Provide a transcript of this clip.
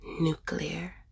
nuclear